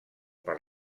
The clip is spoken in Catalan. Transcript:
per